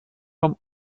vom